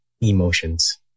emotions